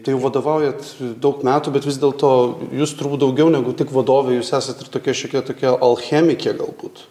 tai jau vadovaujat daug metų bet vis dėlto jūs turbūt daugiau negu tik vadovė jūs esat ir tokia šiokia tokia alchemikė galbūt